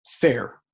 fair